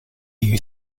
you